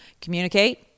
Communicate